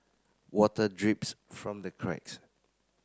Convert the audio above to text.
water drips from the cracks